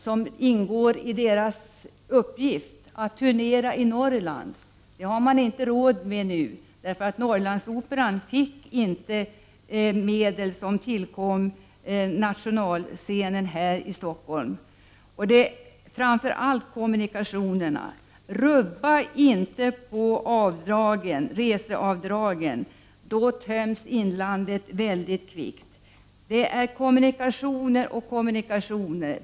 Det ingår nämligen i Norrlandsoperans uppgifter att turnera i Norrland. Detta har man nu inte råd med, eftersom Norrlandsoperan inte har tilldelats medel i samma omfattning som nationalscenen här i Stockholm. Det som framför allt är viktig på detta område är frågan om kommunikationerna. Rubba inte på reseavdragen! Då töms inlandet kvickt.